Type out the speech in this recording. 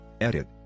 Edit